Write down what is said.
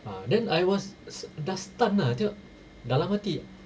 ah then I was s~ s~ dah stun ah tengok dalam hati